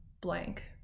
blank